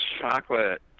chocolate